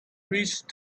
reached